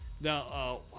now